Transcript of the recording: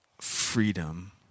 freedom